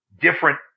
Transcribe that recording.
different